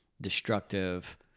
destructive